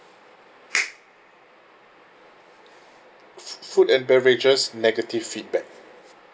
f~ food and beverages negative feedback